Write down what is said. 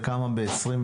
וכמה ב-21',